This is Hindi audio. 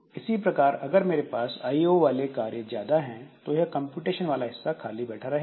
इसी प्रकार अगर मेरे पास आईओ वाले कार्य ज्यादा हैं तो यह कन्फ्यूटेशन वाला हिस्सा खाली बैठा रहेगा